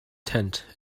tent